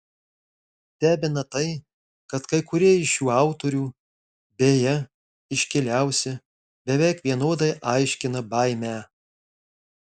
stebina tai kad kai kurie iš šių autorių beje iškiliausi beveik vienodai aiškina baimę